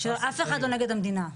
אף אחד לא נגד המדינה.